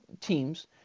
teams